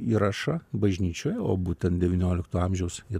įrašą bažnyčioje o būtent devyniolikto amžiaus